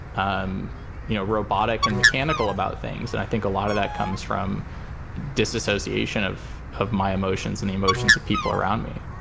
um you know, robotic and mechanical about things that i think a lot of that comes from disassociation of of my emotions and emotions of people around me.